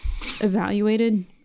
evaluated